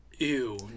ew